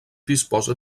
disposa